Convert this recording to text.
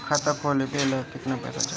खाता खोलबे ला कितना पैसा चाही?